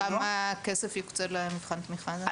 כמה כסף יוקצה למבחן התמיכה הזה?